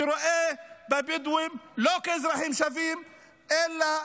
שרואה את הבדואים לא כאזרחים שווים אלא